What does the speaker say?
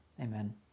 Amen